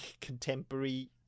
contemporary